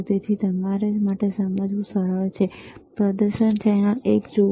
તેથી તમારા માટે સમજવું સરળ છે પ્રદર્શન ચેનલ એક જુઓ